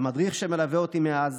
המדריך שמלווה אותי מאז,